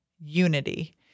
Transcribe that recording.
unity